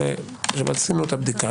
עשינו את הבדיקה.